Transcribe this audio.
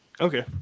Okay